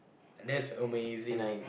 that's amazing